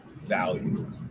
value